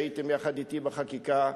שהייתם יחד אתי בחקיקה,